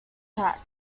tract